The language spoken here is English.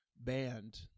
band